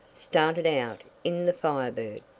started out in the firebird,